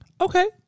Okay